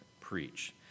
preach